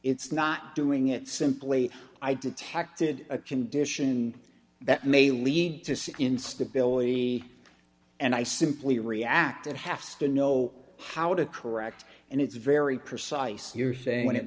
it's not doing it simply i detected a condition that may lead to see instability and i simply react and have still know how to correct and it's very precise you're saying